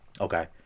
Okay